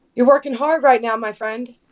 you're working hard right now, my friend,